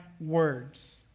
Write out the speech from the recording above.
words